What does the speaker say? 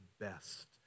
best